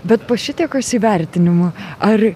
bet po šitiekos įvertinimų ar